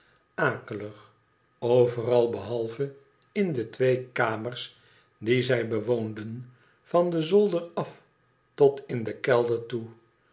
akelig overal behalve m de twee kamers die zij bewoonden van den zolder af tot in den kelder toe